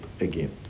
again